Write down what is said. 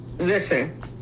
Listen